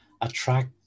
attract